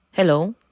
Hello